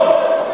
לא.